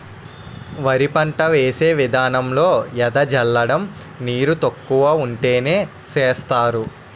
వరి పంట వేసే విదానంలో ఎద జల్లడం నీరు తక్కువ వుంటే సేస్తరు